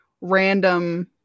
random